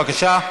בבקשה.